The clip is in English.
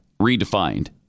redefined